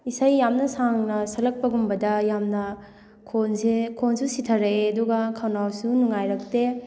ꯏꯁꯩ ꯌꯥꯝꯅ ꯁꯥꯡꯅ ꯁꯛꯂꯛꯄꯒꯨꯝꯕꯗ ꯌꯥꯝꯅ ꯈꯣꯟꯁꯦ ꯈꯣꯟꯁꯨ ꯁꯤꯊꯔꯛꯑꯦ ꯑꯗꯨꯒ ꯈꯧꯅꯥꯎꯁꯨ ꯅꯨꯡꯉꯥꯏꯔꯛꯇꯦ